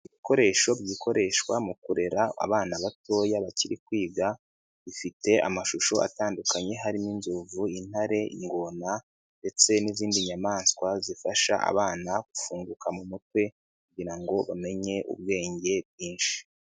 Ibikoresho bikoreshwa mu kurera abana batoya bakiri kwiga, bifite amashusho atandukanye harimo; lnzovu, lntare, lngona, ndetse n'izindi nyamaswa zifasha abana gufunguka mu mutwe, kugira ngo bamenye ubwenge bwinshi.